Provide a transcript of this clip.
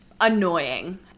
annoying